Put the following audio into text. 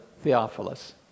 Theophilus